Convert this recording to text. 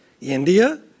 India